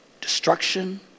destruction